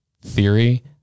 theory